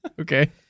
Okay